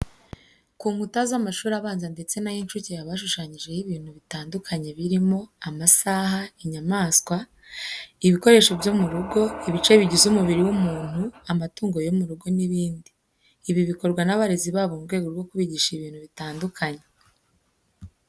Ku nkuta z'amashuri abanza ndetse n'ay'incuke haba hashushanyijeho ibishushanyo bitandukanye birimo, amasaha, inyamaswa, ibikoresho byo mu rugo, ibice bigize umubiri w'umuntu, amatungo yo mu rugo n'ibindi. Ibi bikorwa n'abarezi babo mu rwego rwo kubigisha ibintu bitandukanye.